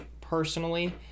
personally